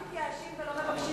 אנשים פשוט מתייאשים ולא מבקשים.